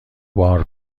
بار